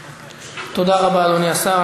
תודה רבה, אדוני השר.